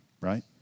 Right